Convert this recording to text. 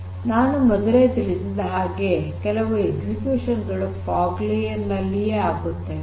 ಮೊದಲೇ ನಾನು ತಿಳಿಸಿದ ಹಾಗೆ ಕೆಲವು ಎಕ್ಸಿಕ್ಯೂಷನ್ ಗಳು ಫಾಗ್ ಲೇಯರ್ ನಲ್ಲಿಯೇ ಆಗುತ್ತವೆ